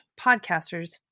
podcasters